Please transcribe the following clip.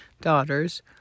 daughters